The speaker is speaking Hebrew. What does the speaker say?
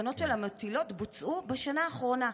התקנות של המטילות בוצעו בשנה האחרונה,